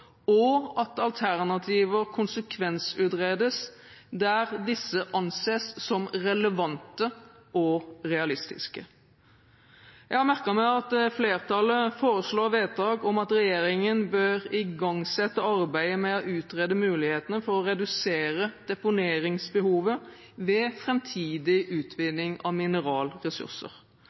og at alternativer konsekvensutredes der disse anses som relevante og realistiske. Jeg har merket meg at flertallet foreslår vedtak om at regjeringen bør igangsette arbeidet med å utrede mulighetene for å redusere deponeringsbehovet ved